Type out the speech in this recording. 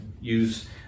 use